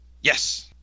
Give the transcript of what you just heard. yes